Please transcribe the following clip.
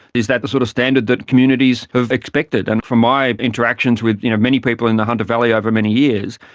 is that the sort of standard that communities have expected? and from my interactions with you know many people in the hunter valley over many years,